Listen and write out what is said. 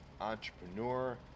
entrepreneur